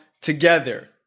together